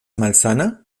malsana